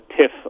tiff